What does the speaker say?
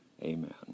amen